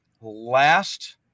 last